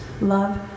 love